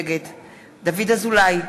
נגד דוד אזולאי,